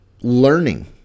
learning